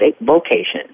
vocation